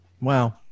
wow